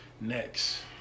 Next